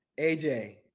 AJ